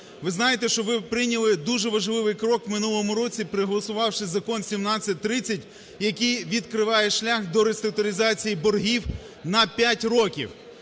Ви знаєте, що ви прийняли дуже важливий крок в минулому році, проголосувавши закон 1730, який відкриває шлях до реструктуризації боргів на 5 років.